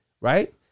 Right